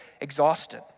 exhausted